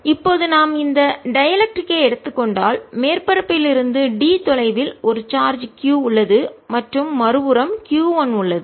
எனவே இப்போது நாம் இந்த டைஎலெக்ர்டிக் ஐ எடுத்துக் கொண்டால் மேற்பரப்பில் இருந்து d தொலைவில் ஒரு சார்ஜ் q உள்ளது மற்றும் மறுபுறம் q 1 உள்ளது